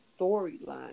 storyline